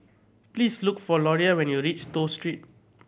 please look for Loria when you reach Toh Street